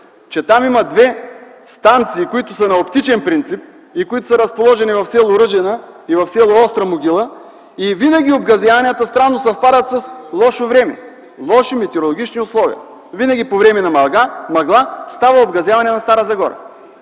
че там има две станции, които са на оптичен принцип и са разположени в с. Ръжена и в с. Остра могила, и винаги обгазяванията странно съвпадат с лошо време, лоши метеорологични условия. Винаги по време на мъгла става обгазяване на Стара Загора,